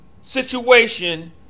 situation